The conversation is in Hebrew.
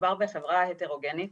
המדובר בחברה הטרוגנית.